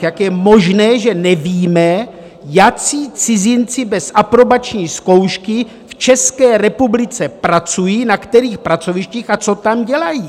Jak je možné, že nevíme, jací cizinci bez aprobační zkoušky v České republice pracují, na kterých pracovištích a co tam dělají?